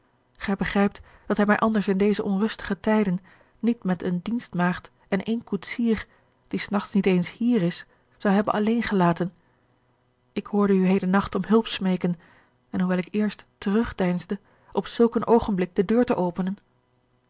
gij begrijpt dat hij mij anders in deze onrustige tijden niet met eene dienstmaagd george een ongeluksvogel en één koetsier die s nachts niet eens hier is zou hebben alleen gelaten ik hoorde u heden nacht om hulp smeeken en hoewel ik eerst terugdeinsde op zulk een oogenblik de deur te openen